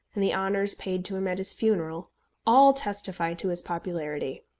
and the honours paid to him at his funeral all testify to his popularity.